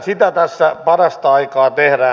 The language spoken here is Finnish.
sitä tässä parasta aikaa tehdään